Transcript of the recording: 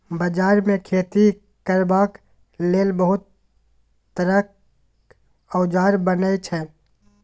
बजार मे खेती करबाक लेल बहुत तरहक औजार बनई छै